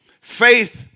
faith